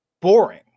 boring